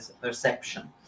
perception